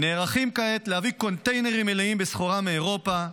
נערכים כעת להביא קונטיינרים מלאים בסחורה מאירופה,